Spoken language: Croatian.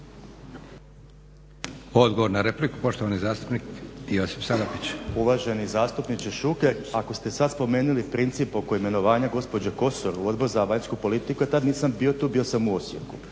Odgovor na repliku, poštovani zastupnik Josip Salapić. **Salapić, Josip (HDSSB)** Uvaženi zastupniče Šuker, ako ste sada spomenuli princip oko imenovanja gospođe Kosor u Odbor za vanjsku politiku ja tada nisam bio tu, bio sam u Osijeku,